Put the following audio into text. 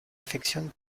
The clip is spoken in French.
affectionne